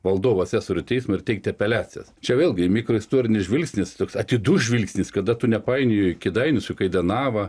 valdovo asesorių teismą ir teikti apeliacijas čia vėlgi mikro istorinis žvilgsnis toks atidus žvilgsnis kada tu nepainioji kėdainių su kaidenava